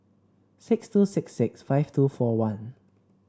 six two six six five two four one